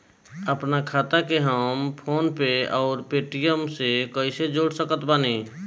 आपनखाता के हम फोनपे आउर पेटीएम से कैसे जोड़ सकत बानी?